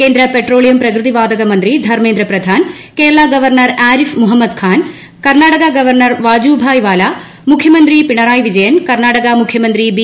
കേന്ദ്ര പെട്രോളിയം പ്രകൃതി വാതക മന്ത്രി ധർമ്മേന്ദ്ര പ്രധാൻ കേരള ഗവർണർ ആരിഫ് മുഹമ്മദ് ഖാൻ കർണാടക ഗവർണർ വാജുഭായ് വാല മുഖ്യമന്ത്രി പിണറായി വിജയൻ കർണാടക മുഖ്യമന്ത്രി ബി